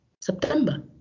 September